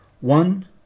One